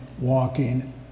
walking